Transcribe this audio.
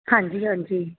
ਹਾਂਜੀ ਹਾਂਜੀ